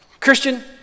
Christian